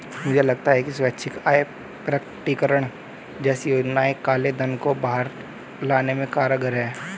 मुझे लगता है कि स्वैच्छिक आय प्रकटीकरण जैसी योजनाएं काले धन को बाहर लाने में कारगर हैं